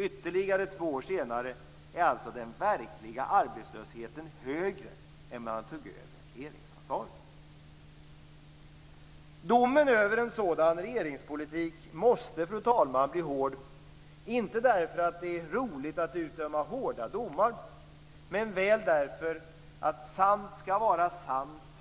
Ytterligare två år senare är alltså den verkliga arbetslösheten högre än när man tog över regeringsansvaret. Domen över en sådan regeringspolitik måste, fru talman, bli hård, inte därför att det är roligt att utdöma hårda domar, men väl därför att sant skall vara sant